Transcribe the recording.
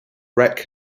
wreck